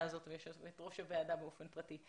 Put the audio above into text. הזאת ויושבת ראש הוועדה באופן פרטי.